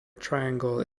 triangle